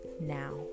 now